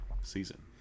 season